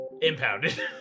Impounded